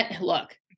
look